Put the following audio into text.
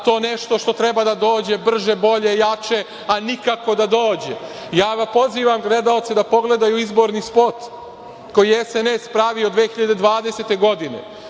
to nešto što treba da dođe brže, bolje, jače, a nikako da dođe. Pozivam gledaoce da pogledaju izborni spot koji je SNS pravio 2020. godine.